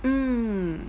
mm